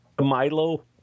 milo